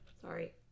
sorry